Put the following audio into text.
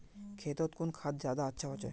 खेतोत कुन खाद ज्यादा अच्छा होचे?